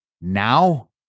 now